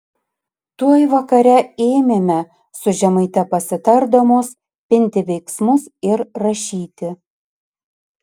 tuoj vakare ėmėme su žemaite pasitardamos pinti veiksmus ir rašyti